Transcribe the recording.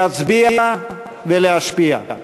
להצביע ולהשפיע.